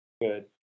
Good